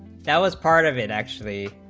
that was part of it actually